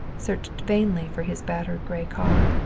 searched vainly for his battered gray car.